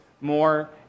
more